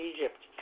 Egypt